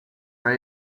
are